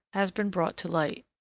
has been brought to light.